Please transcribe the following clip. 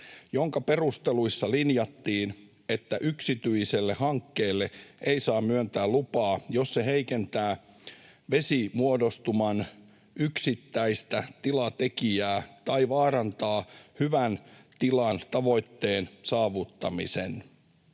jonka perusteluissa linjattiin, että yksityiselle hankkeelle ei saa myöntää lupaa, jos se heikentää vesimuodostuman yksittäistä tilatekijää tai vaarantaa hyvän tilan tavoitteen saavuttamisen.